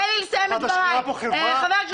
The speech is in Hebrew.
את רוצה לנקוב בשם של חברה,